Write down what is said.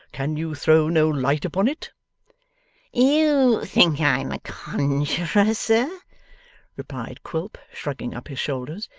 can you throw no light upon it you think i'm a conjuror, sir replied quilp, shrugging up his shoulders.